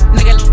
Nigga